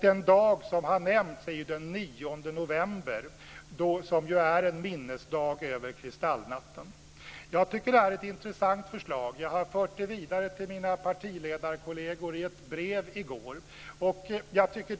Den dag som har nämnts är den 9 november, som är en minnesdag över Kristallnatten. Jag tycker att det är ett intressant förslag, och jag har fört det vidare till mina partiledarkolleger i ett brev i går.